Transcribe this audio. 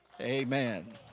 Amen